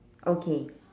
okay